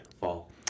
Fall